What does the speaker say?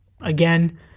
Again